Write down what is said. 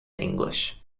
english